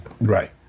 Right